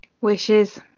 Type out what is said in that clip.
Wishes